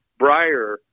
Breyer